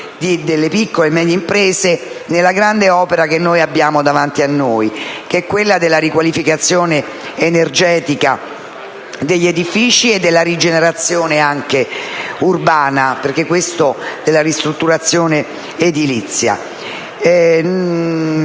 delle piccole e medie imprese nella grande opera che abbiamo davanti a noi, ossia la riqualificazione energetica degli edifici e la rigenerazione urbana, la ristrutturazione edilizia.